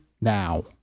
now